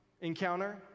encounter